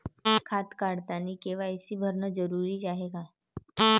खातं काढतानी के.वाय.सी भरनं जरुरीच हाय का?